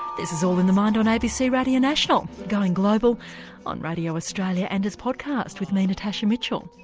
this is all in the mind on abc radio national, going global on radio australia and as podcast with me natasha mitchell.